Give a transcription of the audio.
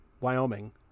Wyoming